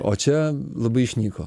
o čia labai išnyko